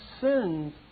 sins